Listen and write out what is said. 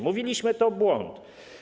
Mówiliśmy, że to błąd.